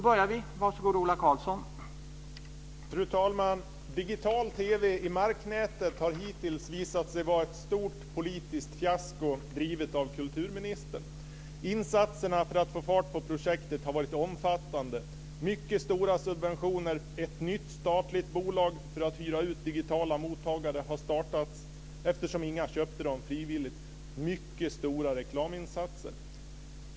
Herr talman! Digital TV i marknätet har hittills visat sig vara ett stort politiskt fiasko, drivet av kulturministern. Insatserna för att få fart på projektet har varit omfattande. Det har varit mycket stora subventioner. Ett nytt statligt bolag för att hyra ut digitala mottagare har startats, eftersom ingen köpte dem frivilligt. Mycket stora reklaminsatser har gjorts.